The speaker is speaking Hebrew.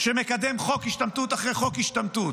שמקדם חוק השתמטות אחרי חוק השתמטות,